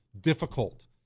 difficult